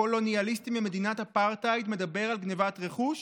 קולוניאליסטי ממדינת אפרטהייד מדבר על גנבת רכוש?